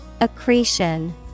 Accretion